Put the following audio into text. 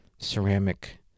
ceramic